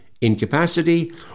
incapacity